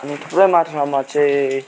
अनि पुरै मात्रामा चाहिँ